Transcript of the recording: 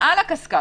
על הקשקש.